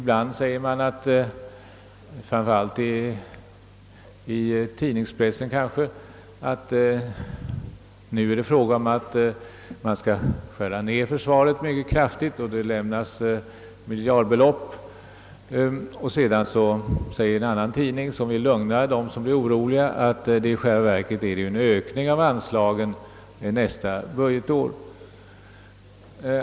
Man säger ibland, kanske framför allt i tidningspressen, att nu är det fråga om att skära ned försvaret mycket kraftigt, och det nämns då miljardbelopp, men sedan säger en annan tidning som vill lugna dem som blir oroliga att det i själva verket är fråga om en ökning av anslagen för nästa budgetår.